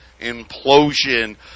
implosion